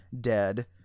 dead